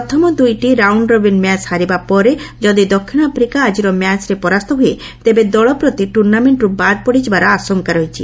ପ୍ରଥମ ଦୁଇଟି round robin match ହାରିବା ପରେ ଯଦି ଦକ୍ଷିଣ ଆଫ୍ରିକା ଆଜିର ମ୍ୟାଚ୍ରେ ପରାସ୍ତ ହ୍ରଏ ତେବେ ଦଳ ପ୍ରତି ଟୁର୍ଷ୍ଣାମେଣ୍ଟ୍ରୁ ବାଦ୍ ପଡ଼ିଯିବାର ଆଶଙ୍କା ରହିଛି